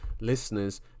Listeners